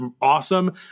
awesome